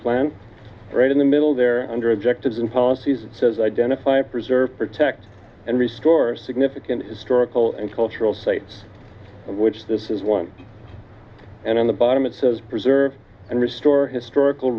plan right in the middle there under objectives and policies says identify preserve protect and restore significant historical and cultural sites which this is one and on the bottom it says preserve and restore historical